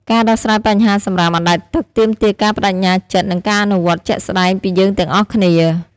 ការដោះស្រាយបញ្ហាសំរាមអណ្តែតទឹក ទាមទារការប្តេជ្ញាចិត្តនិងការអនុវត្តជាក់ស្តែងពីយើងទាំងអស់គ្នា។